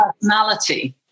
personality